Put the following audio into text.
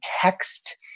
text